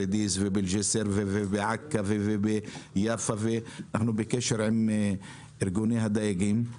השונים ואנחנו בקשר עם ארגוני הדייגים.